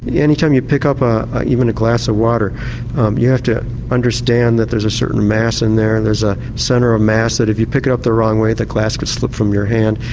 yeah any time you pick up ah even a glass of water you have to understand there's a certain mass in there there's a centre of mass that if you pick it up the wrong way the glass could slip from your hand.